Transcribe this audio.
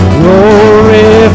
glory